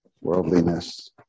worldliness